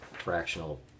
fractional